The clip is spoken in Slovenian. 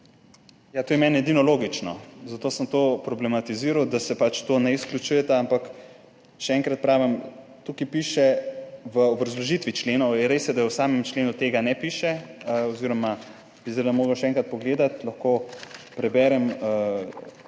to je meni edino logično, zato sem to problematiziral, da se pač ne izključujeta, ampak še enkrat pravim, tukaj v obrazložitvi členov piše, res je, da v samem členu tega ne piše oziroma bi zdaj moral še enkrat pogledati, lahko preberem